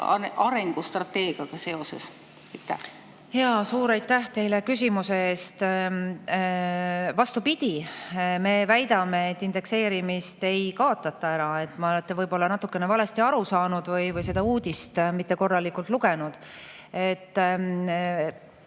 arengustrateegiaga? Suur aitäh teile küsimuse eest! Vastupidi, me väidame, et indekseerimist ei kaotata ära. Te olete võib-olla natukene valesti aru saanud või seda uudist mitte korralikult lugenud. Ma